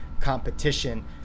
competition